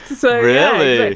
so yeah, and